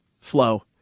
flow